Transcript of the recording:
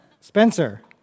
Spencer